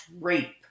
rape